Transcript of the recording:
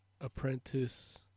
apprentice